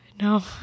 No